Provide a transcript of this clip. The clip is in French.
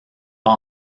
pas